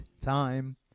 time